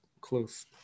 close